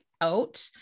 out